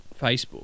Facebook